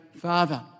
Father